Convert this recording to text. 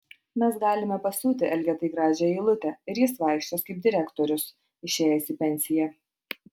mes galime pasiūti elgetai gražią eilutę ir jis vaikščios kaip direktorius išėjęs į pensiją